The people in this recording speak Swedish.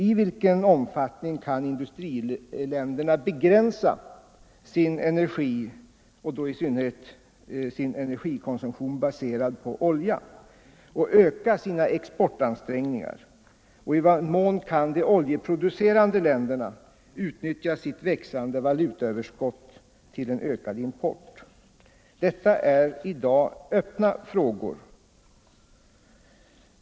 I vilken omfattning kan industriländerna begränsa sin oljekonsumtion och öka sina exportansträngningar, och i vad mån kan de oljeproducerande länderna utnytta sitt växande valutaöverskott till en ökad import? Detta är i dag öppna frågor.